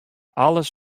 alles